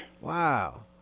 Wow